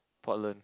Portland